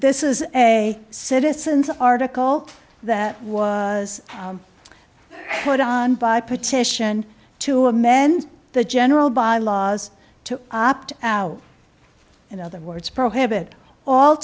this is a citizens article that was what on by petition to amend the general bylaws to opt out in other words prohibit all